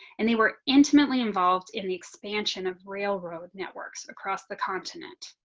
and they were intimately involved in the expansion of railroad networks across the continent.